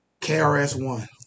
KRS-One